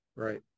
Right